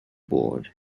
board